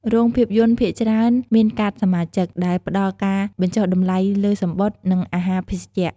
រោងភាពយន្តភាគច្រើនមានកាតសមាជិកដែលផ្តល់ការបញ្ចុះតម្លៃលើសំបុត្រ និងអាហារភេសជ្ជៈ។